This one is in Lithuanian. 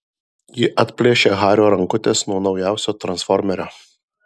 ji atplėšia hario rankutes nuo naujausio transformerio